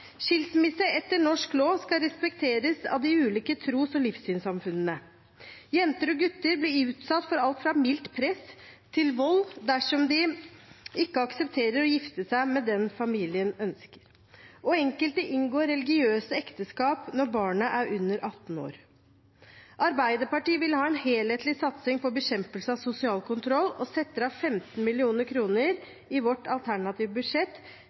Skilsmisse etter norsk lov skal respekteres av de ulike tros- og livssynssamfunnene. Jenter og gutter blir utsatt for alt fra mildt press til vold dersom de ikke aksepterer å gifte seg med den familien ønsker, og enkelte inngår religiøse ekteskap når barnet er under 18 år. Arbeiderpartiet vil ha en helhetlig satsing på bekjempelse av sosial kontroll, og vi setter av 15 mill. kr i vårt alternative budsjett